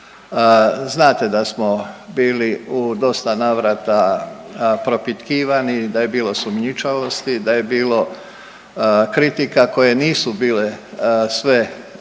Znate da smo bili u dosta navrata propitkivani, da je bilo sumnjičavosti, da je bilo kritika koje nisu bile sve